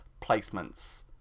placements